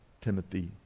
Timothy